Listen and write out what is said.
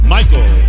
Michael